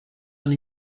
and